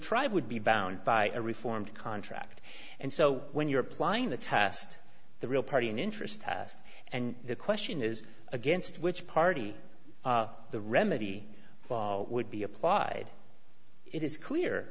tribe would be bound by a reformed contract and so when you're applying the test the real party in interest test and the question is against which party the remedy would be applied it is clear